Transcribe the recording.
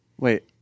wait